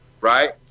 right